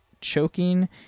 choking